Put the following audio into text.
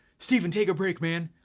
stephen, take a break man.